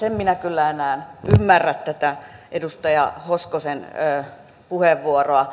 en minä kyllä enää ymmärrä tätä edustaja hoskosen puheenvuoroa